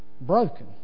broken